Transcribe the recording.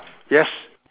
yes